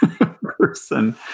person